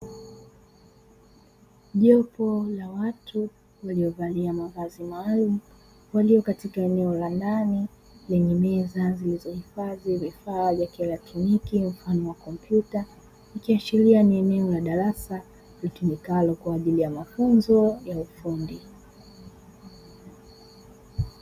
Jopo la watu waliovalia mavazi maalumu walio katika eneo la ndani lenye meza zilizohifadhi vifaa vya kielektroniki mfano wa kompyuta, ikiashiria ni eneo la darasa litumikalo kwa ajili ya mafumzo ya ufundi.